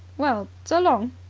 well, so long.